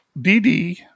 DD